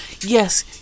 Yes